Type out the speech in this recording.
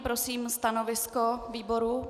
Prosím stanovisko výboru.